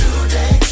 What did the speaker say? Today